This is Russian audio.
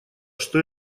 что